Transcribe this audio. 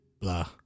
blah